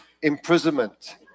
imprisonment